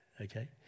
Okay